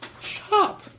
Shop